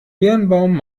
birnbaum